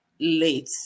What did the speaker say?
Late